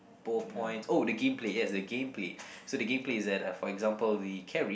ball points oh the gameplay yes the gameplay so the gameplay is that uh for example the carry